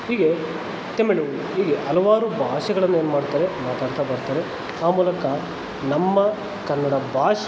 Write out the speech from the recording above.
ಹೀಗೆ ತಮಿಳು ಹೀಗೆ ಹಲವಾರು ಭಾಷೆಗಳನ್ನು ಏನು ಮಾಡ್ತಾರೆ ಮಾತಾಡ್ತಾ ಬರ್ತಾರೆ ಆ ಮೂಲಕ ನಮ್ಮ ಕನ್ನಡ ಭಾಷೆ